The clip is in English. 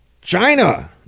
China